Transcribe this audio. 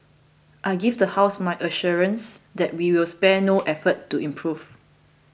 I give the house my assurance that we will spare no effort to improve